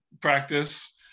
practice